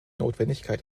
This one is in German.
notwendigkeit